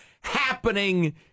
happening